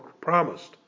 promised